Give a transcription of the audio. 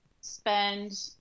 spend